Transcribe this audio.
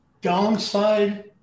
downside